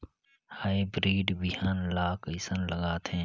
Hybrid बिहान ला कइसन लगाथे?